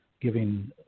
giving